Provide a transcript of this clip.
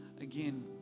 again